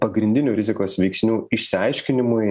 pagrindinių rizikos veiksnių išsiaiškinimui